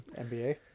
NBA